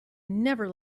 never